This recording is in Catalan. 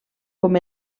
com